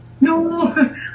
No